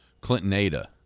Clinton-Ada